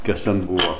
kas ten buvo